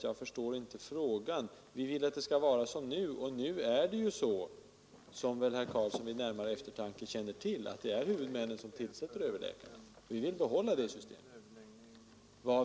Jag förstår inte frågan. Vi vill att det skall vara som nu — som väl herr Karlsson i Huskvarna känner till —, att huvudmännen tillsätter överlä karna. Vi vill behålla det systemet.